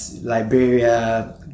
Liberia